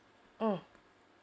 mm